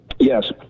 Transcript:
yes